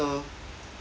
多少